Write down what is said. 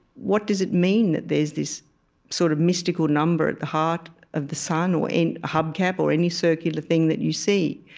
what does it mean that there's this sort of mystical number at the heart of the sun or in a hubcap or any circular thing that you see?